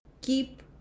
keep